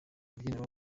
rubyiniro